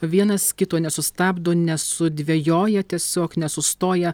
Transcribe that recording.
vienas kito nesustabdo nesudvejoja tiesiog nesustoja